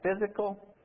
physical